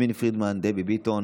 יסמין פרידמן, דבי ביטון,